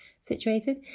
situated